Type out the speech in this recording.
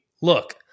look